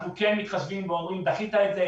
אנחנו כן מתחשבים ואומרים: דחית את זה,